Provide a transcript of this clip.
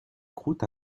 croûte